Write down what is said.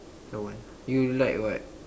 don't want you you like what